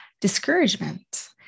discouragement